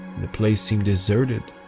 the place seemed deserted.